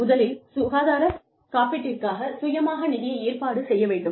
முதலில் சுகாதார காப்பீட்டிற்காக சுயமாக நிதியை ஏற்பாடு செய்ய வேண்டும்